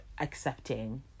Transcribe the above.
accepting